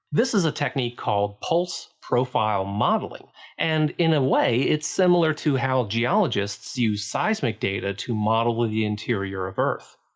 this is a technique called pulse-profile modeling and in a way it's similar to how geologists use seismic data to model the interior of earth.